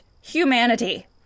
humanity